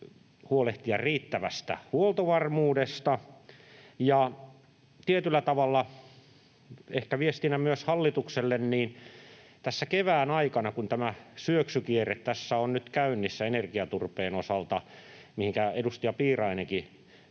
huolehtia riittävästä huoltovarmuudesta. Tietyllä tavalla ehkä viestinä myös hallitukselle: tässä kevään aikana, kun tämä syöksykierre tässä on nyt käynnissä energiaturpeen osalta, mihinkä edustaja Piirainenkin